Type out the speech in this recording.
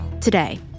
Today